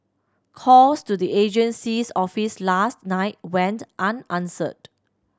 calls to the agency's office last night went unanswered